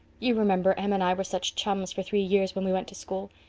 you remember em and i were such chums for three years when we went to school?